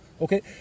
Okay